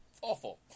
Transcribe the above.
awful